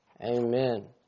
Amen